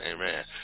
Amen